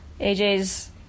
AJ's